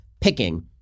picking